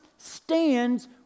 stands